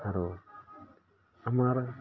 আৰু আমাৰ